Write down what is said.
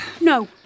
No